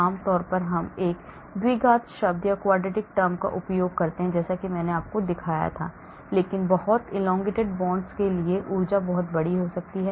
आम तौर पर हम एक द्विघात शब्द का उपयोग करते हैं जैसा कि मैंने आपको दिखाया था लेकिन बहुत elongated bonds के लिए ऊर्जा बहुत बड़ी हो सकती है